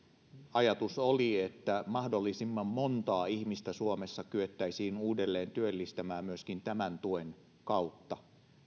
ajatus oli että mahdollisimman monta ihmistä suomessa kyettäisiin uudelleen työllistämään myöskin tämän tuen kautta